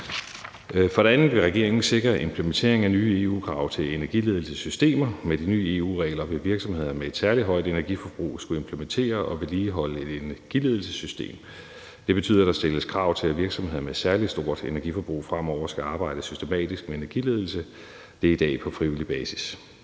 For det andet vil regeringen sikre implementering af nye EU-krav til energiledelsessystemer. Med de nye EU-regler vil virksomheder med et særlig højt energiforbrug skulle implementere og vedligeholde et energiledelsessystem. Det betyder, at der stilles krav til, at virksomheder med særlig stort energiforbrug fremover skal arbejde systematisk med energiledelse. Det er i dag på frivillig basis.